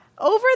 Over